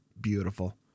beautiful